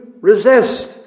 resist